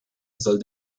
soll